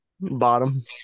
Bottom